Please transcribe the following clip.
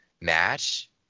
match